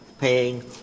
paying